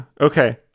Okay